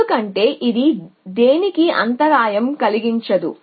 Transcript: ఎందుకంటే ఇది దేనికీ అంతరాయం కలిగించదు